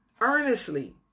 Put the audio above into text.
Earnestly